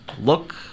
look